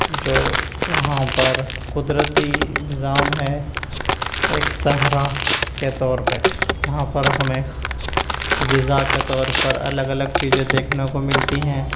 جو وہاں پر قدرتی نظام ہے ایک صحرا کے طور پر جہاں پر ہمیں غذا کے طور پر الگ الگ چیزیں دیکھنے کو ملتی ہیں